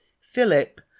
Philip